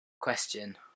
question